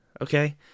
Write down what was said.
okay